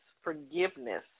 forgiveness